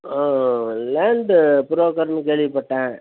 land ப்ரோக்கர்னு கேள்விப்பட்டேன்